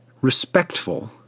respectful